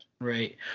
Right